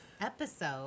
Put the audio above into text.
episode